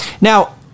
Now